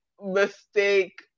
mistake